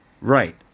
Right